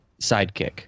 sidekick